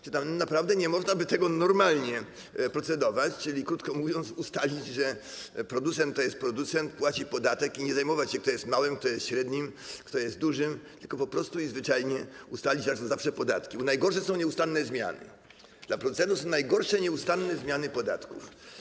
Czy tam naprawdę nie można by nad tym normalnie procedować, czyli - krótko mówiąc - ustalić, że producent to jest producent, płaci podatek, i nie zajmować się, kto jest małym, kto jest średnim, kto jest dużym, tylko po prostu zwyczajnie ustalić raz na zawsze podatki, bo najgorsze są nieustanne zmiany, dla producentów najgorsze są nieustanne zmiany podatków.